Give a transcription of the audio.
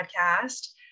Podcast